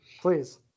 Please